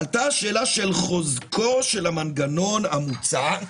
עלתה השאלה של חוזקו של המנגנון המוצע,